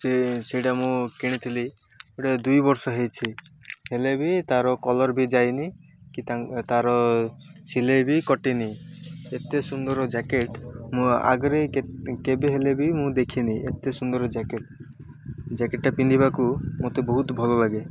ସେ ସେଇଟା ମୁଁ କିଣିଥିଲି ଗୋଟେ ଦୁଇ ବର୍ଷ ହେଇଛି ହେଲେ ବି ତା'ର କଲର୍ ବି ଯାଇନି କି ତା' ତା'ର ସିଲେଇ ବି କଟିିନି ଏତେ ସୁନ୍ଦର ଜ୍ୟାକେଟ୍ ମୁଁ ଆଗରେ କେବେ ହେଲେ ବି ମୁଁ ଦେଖିନି ଏତେ ସୁନ୍ଦର ଜ୍ୟାକେଟ୍ ଜ୍ୟାକେଟ୍ଟା ପିନ୍ଧିବାକୁ ମୋତେ ବହୁତ ଭଲ ଲାଗେ